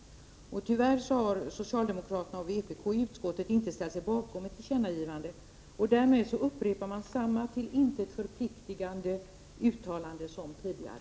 Tyvärr har socialdemokraterna och vpk i utskottet inte ställt sig bakom ett tillkännagivande. Därmed upprepar man samma till intet förpliktande uttalande som tidigare.